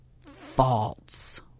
false